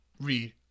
read